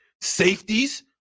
Safeties